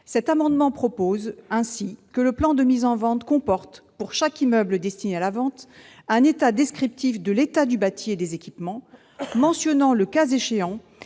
cet amendement, il est proposé que le plan de mise en vente comporte, pour chaque immeuble destiné à la vente, un état descriptif de l'état du bâti et des équipements mentionnant, le cas échéant,